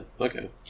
Okay